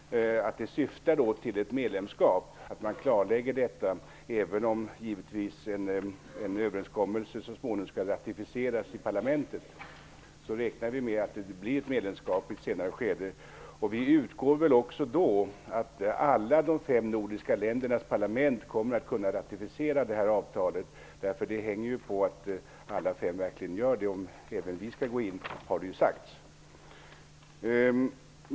Herr talman! Vi framför ett tack till justitieministern för denna information som vi från moderat håll tycker är väldigt glädjande. Vi stöder regeringens strävan att genomföra avtalet och ro det i hamn. Det är några saker som kanske ändå borde klarläggas. Ett observatörskap, om det nu kan träda i kraft här i maj, innebär i praktiken att det syftar till ett medlemskap. Detta måste klarläggas. Även om givetvis en överenskommelse så småningom skall ratificeras i parlamentet räknar vi med att det blir ett medlemskap i ett senare skede. Vi utgår då också från att alla de fem nordiska ländernas parlament kommer att kunna ratificera avtalet. Det hänger på att alla fem verkligen gör det om även vi skall gå in, har det sagts.